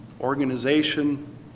organization